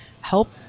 help